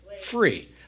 free